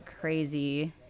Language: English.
crazy